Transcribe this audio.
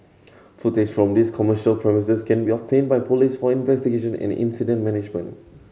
footage from these commercial premises can be obtained by police for investigation and incident management